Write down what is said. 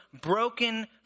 broken